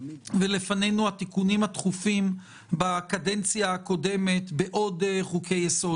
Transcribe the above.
ולפנינו התיקונים התכופים בקדנציה הקודמת בעוד חוקי-יסוד,